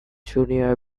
junior